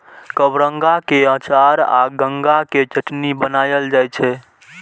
कबरंगा के अचार आ गंगा के चटनी बनाएल जाइ छै